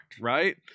Right